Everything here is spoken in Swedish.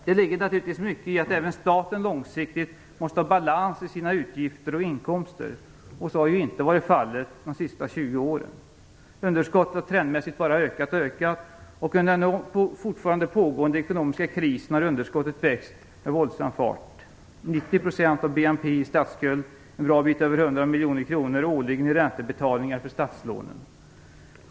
Det ligger naturligtvis mycket i att även staten långsiktigt måste ha balans i sina utgifter och inkomster - och så har ju inte varit fallet de senaste 20 åren. Underskottet har trendmässigt bara ökat och ökat. Under den nu fortfarande pågående ekonomiska krisen har underskottet växt med våldsam fart - 90 % av BNP i statsskuld, en bra bit över hundra miljarder kronor årligen i räntebetalningar för statslånen.